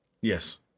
yes